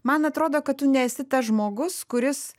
man atrodo kad tu nesi tas žmogus kuris